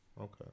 Okay